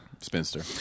spinster